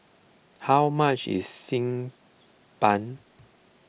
how much is Xi Ban